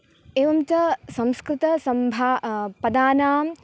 एवं च संस्कृतसम्भा पदानां